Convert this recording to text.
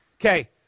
okay